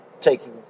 taking